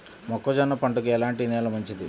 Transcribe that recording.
మొక్క జొన్న పంటకు ఎలాంటి నేల మంచిది?